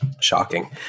Shocking